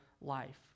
life